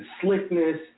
slickness